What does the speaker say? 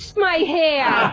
my hair! yeah